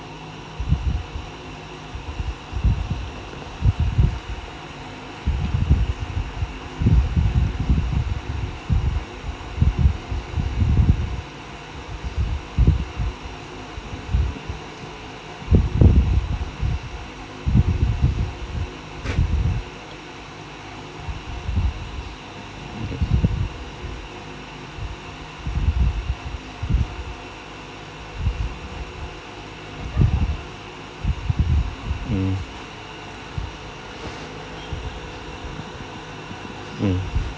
mm